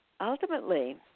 ultimately